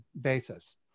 basis